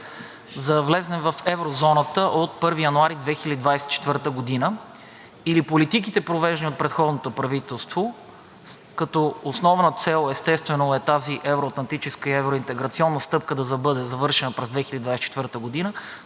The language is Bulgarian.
да влезе в еврозоната от 1 януари 2024 г.? Или политиките, провеждани от предходното правителство като основна цел тази евро-атлантическа и евроинтеграционна стъпка да бъде завършена през 2024 г.,